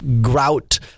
Grout